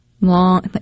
Long